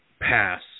pass